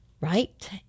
right